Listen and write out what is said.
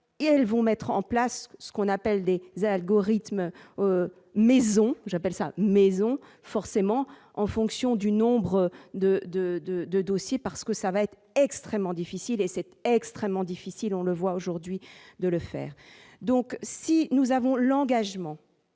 elles vont mettre en place ce qu'on appelle des algorithmes maison, j'appelle ça maison forcément en fonction du nombre de, de, de, de dossiers parce que ça va être extrêmement difficile et c'est extrêmement difficile, on le voit aujourd'hui de le faire, donc si nous avons l'engagement